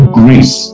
grace